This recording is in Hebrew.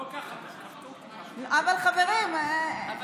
לא ככה, חברים, אבל